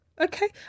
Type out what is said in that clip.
Okay